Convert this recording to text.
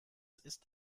ist